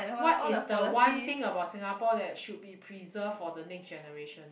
what is the one thing about singapore that should be preserved for the next generation